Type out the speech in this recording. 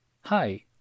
Hi